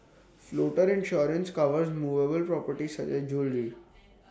floater insurance covers movable properties such as jewellery